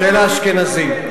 של האשכנזים.